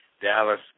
Dallas